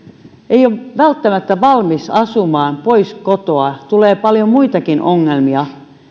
ei ole välttämättä valmis asumaan pois kotoa tulee paljon muitakin ongelmia